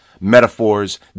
Metaphors